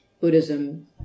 Buddhism